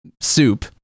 soup